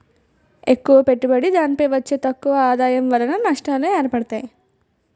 ఎక్కువ పెట్టుబడి దానిపై వచ్చే తక్కువ ఆదాయం వలన నష్టాలు ఏర్పడతాయి